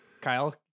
Kyle